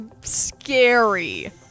scary